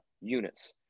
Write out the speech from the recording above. units